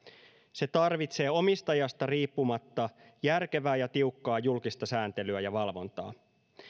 se tarvitsee omistajasta riippumatta järkevää ja tiukkaa julkista sääntelyä ja valvontaa